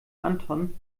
anton